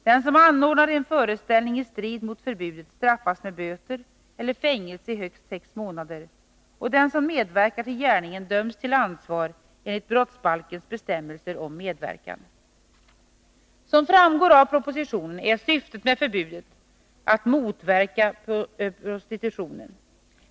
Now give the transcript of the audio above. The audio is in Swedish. Den som anordnar en föreställning i strid mot förbudet straffas med böter eller fängelse i högst sex månader, och den som medverkar till gärningen döms till ansvar enligt brottsbalkens bestämmelser om medverkan. Som framgår av propositionen är syftet med förbudet att motverka prostitutionen.